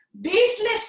baseless